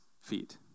feet